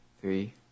Three